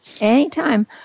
Anytime